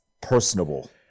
personable